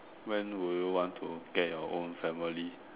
when will you want to get your own family